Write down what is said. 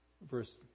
Verse